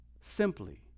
simply